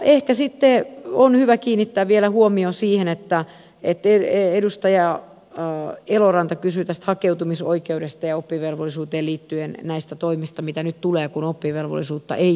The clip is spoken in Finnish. ehkä on hyvä kiinnittää vielä huomio siihen että edustaja eloranta kysyi tästä hakeutumisoikeudesta ja oppivelvollisuuteen liittyen näistä toimista mitä nyt tulee kun oppivelvollisuutta ei tule